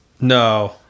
No